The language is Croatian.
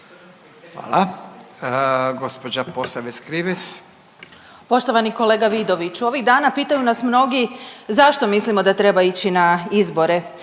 Hvala. Gospođa Posavec-Krivec.